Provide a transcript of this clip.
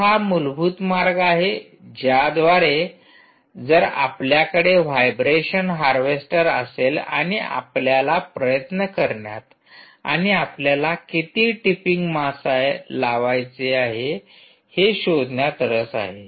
तर हा मूलभूत मार्ग आहे ज्याद्वारे जर आपल्याकडे व्हायब्रेशन हार्वेस्टर असेल आणि आपल्याला प्रयत्न करण्यात आणि आपल्याला किती टिपिंग मास लावायचे आहे हे शोधण्यात रस आहे